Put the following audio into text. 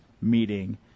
meeting